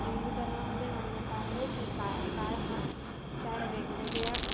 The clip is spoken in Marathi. हिंदू धर्मामध्ये मान्यता आहे की काळ काळ हा चार वेगवेगळ्या